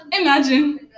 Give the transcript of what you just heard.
Imagine